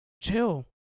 Chill